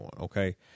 okay